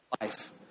life